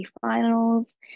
finals